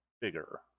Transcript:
bigger